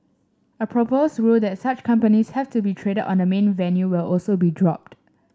a proposed rule that such companies have to be traded on the main venue will also be dropped